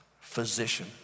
physician